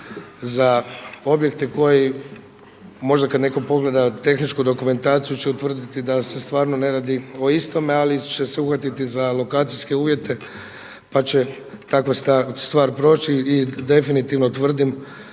za objekte koji možda kada netko pogleda tehničku dokumentaciju će utvrditi da se stvarno ne radi o istome, ali će se uhvatiti za lokacijske uvjete pa će takva stvar proći. I definitivno tvrdim